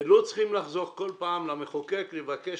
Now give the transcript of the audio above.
לא צריכים בכל פעם לחזור למחוקק כדי לבקש